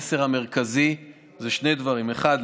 המסר המרכזי הוא שני דברים: האחד,